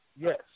Yes